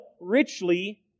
richly